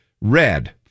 Red